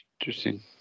Interesting